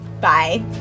Bye